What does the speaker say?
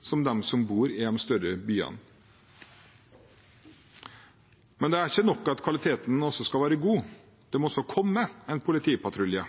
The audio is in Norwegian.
som de som bor i de større byene. Men det er ikke nok at kvaliteten skal være god. Det må også komme en politipatrulje.